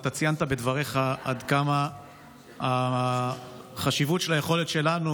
אתה ציינת בדבריך עד כמה חשובה היכולת שלנו